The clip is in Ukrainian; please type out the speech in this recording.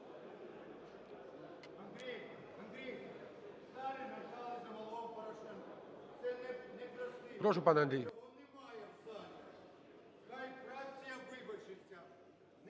Прошу, пане Андрій.